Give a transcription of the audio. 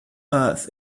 earth